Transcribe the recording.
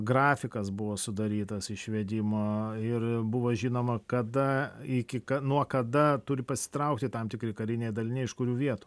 grafikas buvo sudarytas išvedimo ir buvo žinoma kada iki ka nuo kada turi pasitraukti tam tikri kariniai daliniai iš kurių vietų